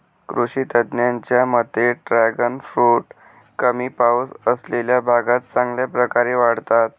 कृषी तज्ज्ञांच्या मते ड्रॅगन फ्रूट कमी पाऊस असलेल्या भागात चांगल्या प्रकारे वाढतात